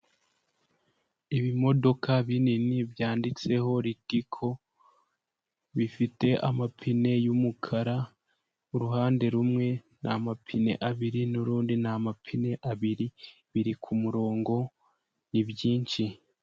Ibimodoka binini byanditseho litiko. Bifite amapine y'umukara. Uruhande rumwe ni amapine abiri n'urundi ni amapine abiri. Biri ku murongo ni byinshi.